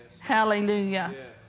Hallelujah